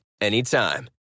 anytime